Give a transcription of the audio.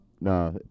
Nah